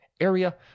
Area